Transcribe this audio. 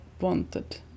wanted